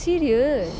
serious